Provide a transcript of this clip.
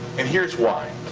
and here's why.